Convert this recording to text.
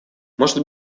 может